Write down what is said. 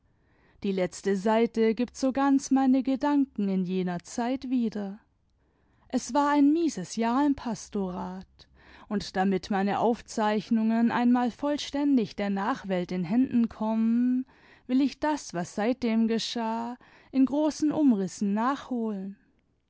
die letzte seite gibt so ganz meine gedanken in jener zeit wieder es war ein mieses jahr im pastorat und damit meine aufzeichnungen einmal vollständig der nachwelt in händen kommen will ich das was seitdem geschah in großen umrissen nachholen